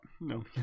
No